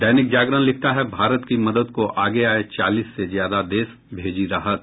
दैनिक जागरण लिखता है भारत की मदद को आगे आये चालीस से ज्यादा देश भेजी राहत